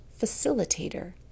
facilitator